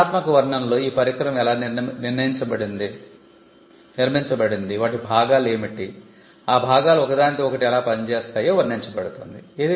వివరణాత్మక వర్ణనలో ఈ పరికరం ఎలా నిర్మించబడింది వాటి భాగాలు ఏమిటి ఆ భాగాలు ఒకదానితో ఒకటి ఎలా పనిచేస్తాయో వర్ణించ బడుతుంది